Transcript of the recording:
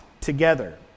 together